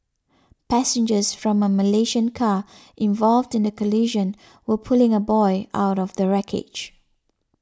passengers from a Malaysian car involved in the collision were pulling a boy out of the wreckage